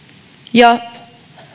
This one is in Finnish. ja